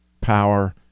power